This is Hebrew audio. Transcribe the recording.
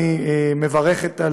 אני מברכת,